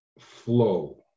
flow